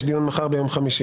האם יש דיון מחר, ביום חמישי?